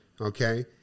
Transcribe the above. okay